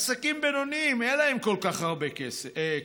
עסקים בינוניים אין להם כל כך הרבה כוח.